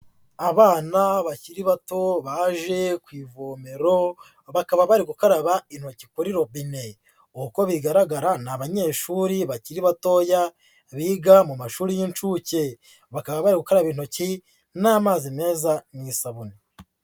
Abana bakiri bato baje ku ivomero, bakaba bari gukaraba intoki kuri robine, uko bigaragara ni abanyeshuri bakiri batoya biga mu mashuri y'inshuke, bakaba bari gukaraba intoki n'amazi meza n'isabune.